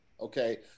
okay